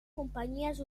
companyies